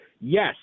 Yes